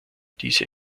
diese